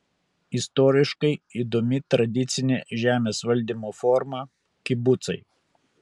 istoriškai įdomi tradicinė žemės valdymo forma kibucai